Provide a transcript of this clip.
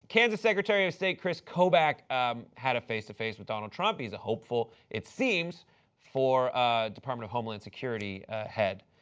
kansas secretary of state chris kovach had a face-to-face with donald trump. he's a hopeful it seems for department of homeland security head.